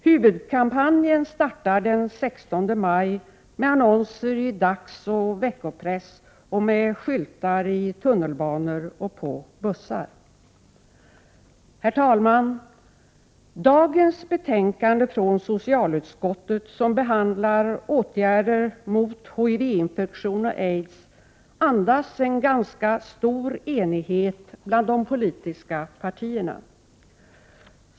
Huvudkampanjen startar den 16 maj med annonser i dagsoch veckopressen och med skyltar i tunnelbanor och på bussar. Herr talman! Dagens betänkande från socialutskottet, som behandlar åtgärder mot HIV-infektion och aids, andas en ganska stor enighet bland de politiska partierna.